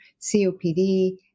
COPD